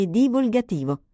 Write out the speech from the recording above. divulgativo